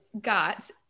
got